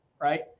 right